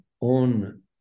on